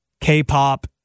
K-pop